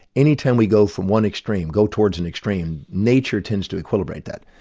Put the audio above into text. any time we go from one extreme, go towards an extreme, nature tends to equilibrate that,